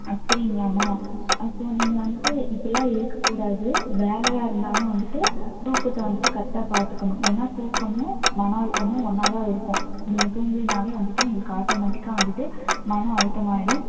அப்படிங்களாம்மா அப்போ நீங்கள் வந்துட்டு இப்படிலாம் இருக்கக்கூடாது வேலையாக இருந்தாலும் வந்துட்டு தூக்கத்தை வந்துட்டு கரெக்டாக பார்த்துக்கணும் ஏன்னால் தூக்கமும் மன அழுத்தமும் ஒன்றா தான் இருக்கும் நீங்கள் தூங்குலைனாவே வந்துட்டு உங்களுக்கு ஆட்டோமேட்டிக்காக வந்துட்டு மன அழுத்தமாகிடும்